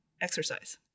exercise